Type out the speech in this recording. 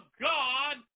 God